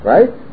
Right